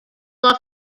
off